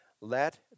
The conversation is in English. let